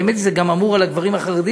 האמת היא שזה אמור גם על הגברים החרדים,